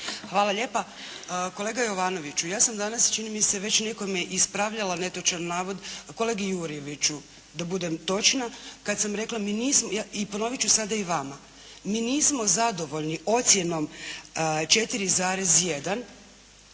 Hvala lijepa. Kolega Jovanoviću, ja sam danas čini mi se već nekome ispravljala netočan navod, kolegi Jurjeviću da budem točna, kad sam rekla mi nismo i ponovit ću sada i vama. Mi nismo zadovoljni ocjenom 4,1,